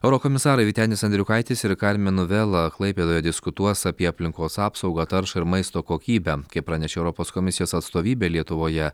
eurokomisarai vytenis andriukaitis ir karmenu vela klaipėdoje diskutuos apie aplinkos apsaugą taršą ir maisto kokybę kaip pranešė europos komisijos atstovybė lietuvoje